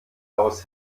aus